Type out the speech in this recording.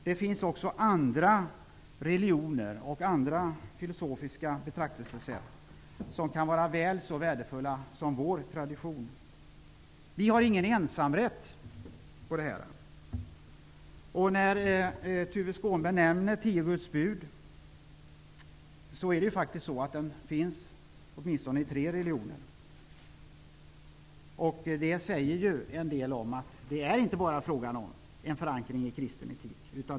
Det finns andra religioner och andra filosofiska betraktelsesätt som kan vara väl så värdefulla som vår tradition. Vi har ingen ensamrätt på det här området. Tuve Skånberg nämner Tio Guds bud, och de finns faktiskt i åtminstone tre religioner. Det säger ju en del om att det inte bara är fråga om en förankring i kristen etik.